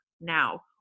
now